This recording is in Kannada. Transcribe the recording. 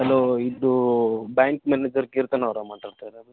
ಹಲೋ ಇದು ಬ್ಯಾಂಕ್ ಮ್ಯಾನೇಜರ್ ಕೀರ್ತನ ಅವ್ರಾ ಮಾತಾಡ್ತಾ ಇರೋದು